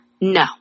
No